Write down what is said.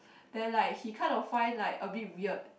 then like he kind of find like a bit weird